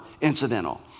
incidental